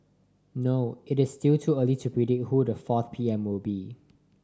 no it is still too early to predict who the fourth P M will be